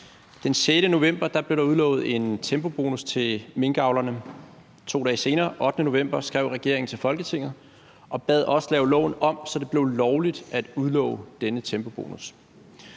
Den 6. november blev der udlovet en tempobonus til minkavlerne; 2 dage senere, den 8. november, skrev regeringen til Folketinget og bad os lave loven om, så det blev lovligt at udlove denne tempobonus.